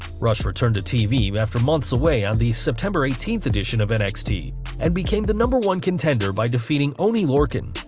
rush returned to tv after months away on the september eighteenth edition of nxt and became the number one contender by defeating oney lorcan.